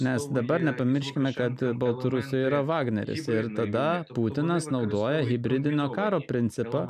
nes dabar nepamirškime kad baltarusija yra vagneris ir tada putinas naudoja hibridinio karo principą